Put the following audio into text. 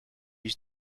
iść